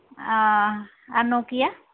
ᱟᱨ Nokia